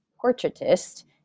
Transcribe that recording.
portraitist